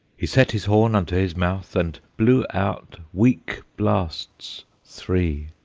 he set his horn unto his mouth, and blew out weak blasts three.